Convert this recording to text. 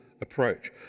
approach